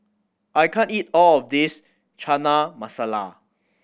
I can't eat all of this Chana Masala